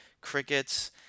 crickets